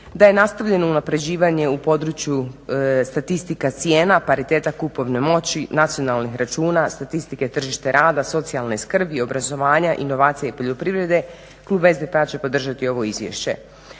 da je nastavljeno unapređivanje u području statistika cijena, pariteta kupovne moći, nacionalnih računa, statistike tržišta rada, socijalne skrbi, obrazovanja, inovacija i poljoprivrede klub SDP-a će podržati ovo izvješće.